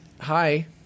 Hi